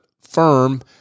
firm